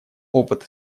опыт